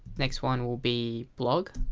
next one will be blog